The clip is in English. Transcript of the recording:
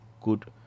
good